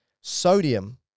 Sodium